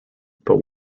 but